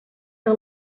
que